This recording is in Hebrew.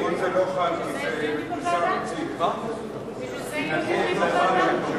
החוק לא חל אם זה לא ארצי.